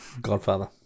Godfather